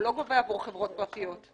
הוא לא גובה עבור חברות פרטיות.